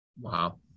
Wow